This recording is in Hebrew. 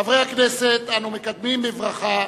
חברי הכנסת, אני מקדמים בברכה